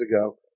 ago